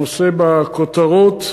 הנושא בכותרות.